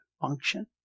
function